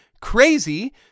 crazy